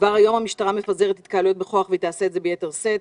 כבר היום המשטרה מפזרת התקהלויות בכוח והיא תעשה את זה ביתר שאת".